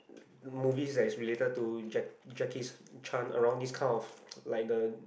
movies that is related to Jack~ Jackie-Chan around this kind of like the